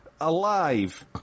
alive